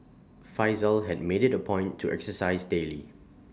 Faisal had made IT A point to exercise daily